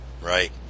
Right